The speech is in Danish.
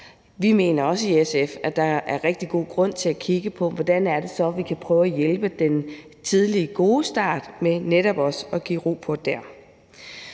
Vi mener også i SF, at der er rigtig god grund til at kigge på, hvordan vi kan hjælpe i forhold til den tidlige gode start ved netop også at give ro på der.